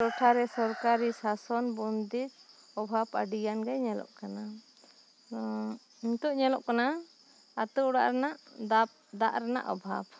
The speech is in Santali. ᱴᱚᱴᱷᱟ ᱨᱮ ᱥᱚᱨᱠᱟᱨᱤ ᱥᱟᱥᱚᱱ ᱵᱚᱱᱫᱤᱛ ᱚᱵᱷᱟᱵᱽ ᱟᱹᱰᱤ ᱜᱟᱱ ᱜᱮ ᱧᱮᱞᱚᱜ ᱠᱟᱱᱟ ᱱᱤᱛᱚᱜ ᱧᱮᱞᱚᱜ ᱠᱟᱱᱟ ᱟᱹᱛᱩ ᱚᱲᱟᱜ ᱨᱮᱱᱟᱜ ᱫᱟᱵ ᱫᱟᱜ ᱨᱮᱱᱟᱜ ᱚᱵᱷᱟᱵᱽ